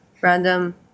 random